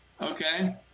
Okay